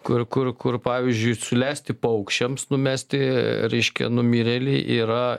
kur kur kur pavyzdžiui sulesti paukščiams numesti reiškia numirėlį yra